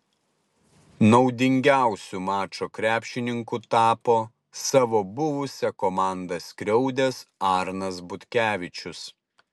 naudingiausiu mačo krepšininku tapo savo buvusią komandą skriaudęs arnas butkevičius